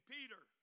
Peter